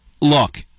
look